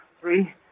three